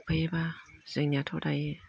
हाबफैबा जोंनियाथ' दायो